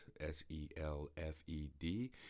S-E-L-F-E-D